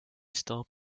still